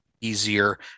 easier